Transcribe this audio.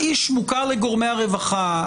האיש מוכר לגורמי הרווחה,